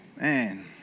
Man